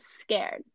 scared